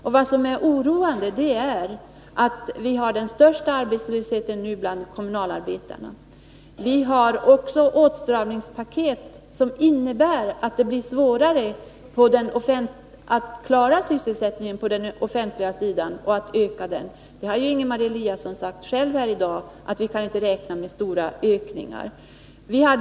Det mest oroande är att vi har den största arbetslösheten bland kommunalarbetarna. Det finns också ett åtstramningspaket som innebär att det blir svårare att klara eller öka sysselsättningen på den offentliga sidan. Ingemar Eliasson har i dag själv sagt att vi inte kan räkna med stora ökningar.